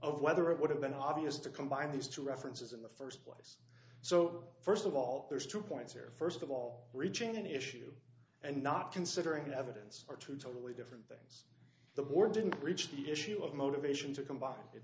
of whether it would have been obvious to combine these two references in the first place so first of all there's two points here first of all reaching an issue and not considering evidence are two totally different things the board didn't reach the issue of motivation to combine it